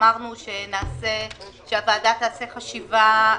אמרנו שהוועדה תעשה חשיבה נוספת.